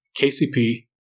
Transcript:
KCP